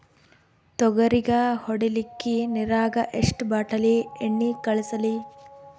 ತೊಗರಿಗ ಹೊಡಿಲಿಕ್ಕಿ ನಿರಾಗ ಎಷ್ಟ ಬಾಟಲಿ ಎಣ್ಣಿ ಕಳಸಲಿ?